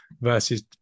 versus